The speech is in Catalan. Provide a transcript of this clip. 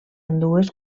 ambdues